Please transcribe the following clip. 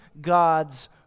God's